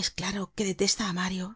es claro que detesta á mario